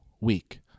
week